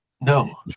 No